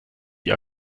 die